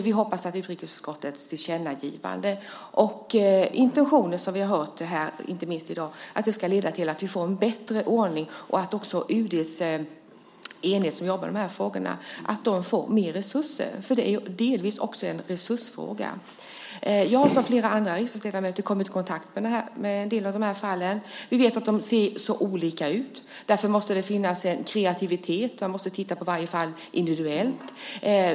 Vi hoppas att utrikesutskottets tillkännagivande och intentioner, som vi har hört här i dag, ska leda till att vi får en bättre ordning och att UD:s enhet som jobbar med de här frågorna får mer resurser, för det är ju delvis också en resursfråga. Jag har, som flera andra riksdagsledamöter, kommit i kontakt med en del av de här fallen. Vi vet att de ser olika ut. Därför måste det finnas en kreativitet; man måste titta på varje fall individuellt.